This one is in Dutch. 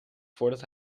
voordat